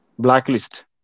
Blacklist